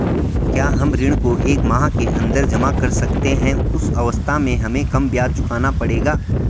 क्या हम ऋण को एक माह के अन्दर जमा कर सकते हैं उस अवस्था में हमें कम ब्याज चुकाना पड़ेगा?